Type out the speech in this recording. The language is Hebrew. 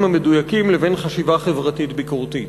המדויקים לבין חשיבה חברתית ביקורתית.